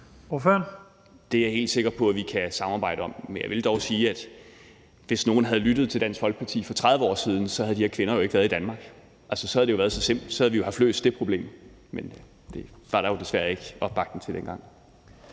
Det er jeg helt sikker på at vi kan samarbejde om. Men jeg vil dog sige, at hvis nogen havde lyttet til Dansk Folkeparti for 30 år siden, havde de her kvinder jo ikke været i Danmark, og så havde vi jo fået løst det problem. Men det var der jo desværre ikke opbakning til dengang.